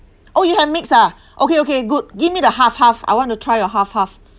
oh you have mixed ah okay okay good give me the half half I want to try your half half